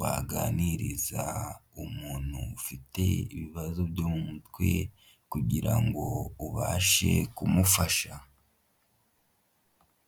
waganiriza umuntu ufite ibibazo byo mu mutwe kugira ngo ubashe kumufasha.